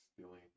stealing